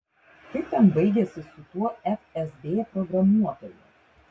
kaip ten baigėsi su tuo fsb programuotoju